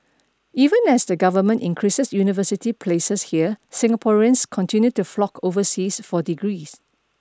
even as the Government increases university places here Singaporeans continue to flock overseas for degrees